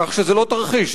כך שזה לא תרחיש,